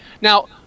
now